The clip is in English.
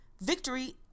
Victory